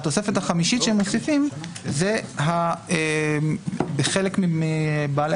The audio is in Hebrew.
והתוספת החמישית שהם מוסיפים זה בחלק מבעלי